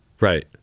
Right